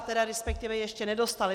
Tedy resp. ještě nedostali.